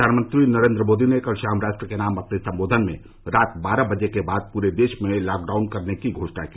प्रधानमंत्री नरेन्द्र मोदी ने कल शाम राष्ट्र के नाम अपने संबोधन में रात बारह बजे के बाद पूरे देश में लॉकडाउन करने की घोषणा की